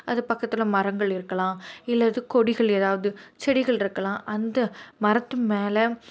அது பக்கத்தில் மரங்கள் இருக்கலாம் இல்லது கொடிகள் ஏதாவது செடிகள் இருக்கலாம் அந்த மரத்து மேலே